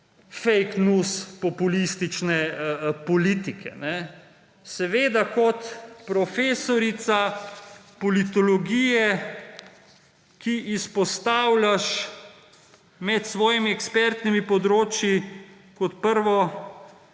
fake news populistične politike. Seveda kot profesorica politologije, ki izpostavljaš med svojimi ekspertnimi področji kot prvo